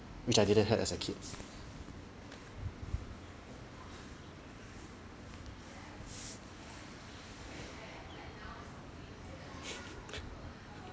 which I didn't had as a kid